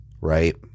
right